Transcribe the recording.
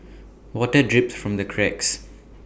water drips from the cracks